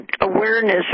Awareness